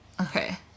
Okay